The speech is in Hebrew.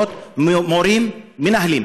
בנוכחות מורים והורים,